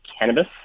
cannabis